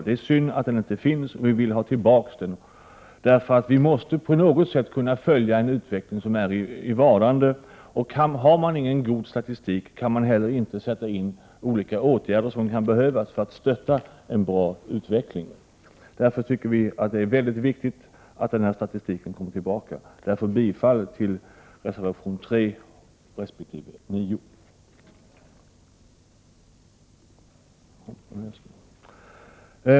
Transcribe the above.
Det är synd att sådan statistik inte längre finns, och vi vill ha tillbaka den, därför att vi på något sätt måste kunna följa en utveckling som är i vardande. Har man ingen god statistik, kan man heller inte sätta in åtgärder som kan behövas för att stötta en bra utveckling. Vi tycker alltså att det är väldigt viktigt att den statistiken kommer tillbaka. Jag yrkar bifall till reservationerna 3 och 9.